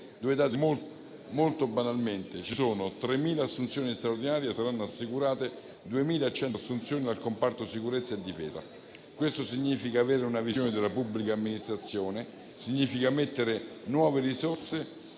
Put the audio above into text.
due dati: sono previste 3.000 assunzioni straordinarie e saranno assicurate 2.100 assunzioni al comparto sicurezza e difesa. Questo significa avere una visione della pubblica amministrazione, significa immettere nuove risorse